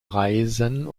reisen